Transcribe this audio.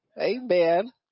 Amen